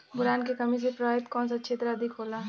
Boron के कमी से प्रभावित कौन सा क्षेत्र अधिक होला?